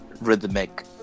rhythmic